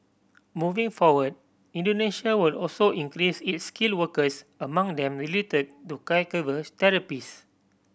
moving forward Indonesia will also increase its skilled workers among them related to caregivers therapists